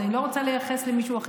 אני לא רוצה לייחס למישהו אחר.